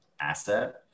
asset